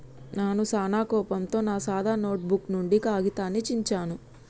నాను సానా కోపంతో నా సాదా నోటుబుక్ నుండి కాగితాన్ని చించాను